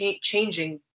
changing